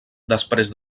després